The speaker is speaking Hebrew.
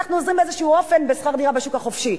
אנחנו עוזרים באיזה אופן בשכר דירה בשוק החופשי.